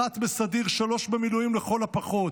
אחת בסדיר, שלוש במילואים, לכל הפחות.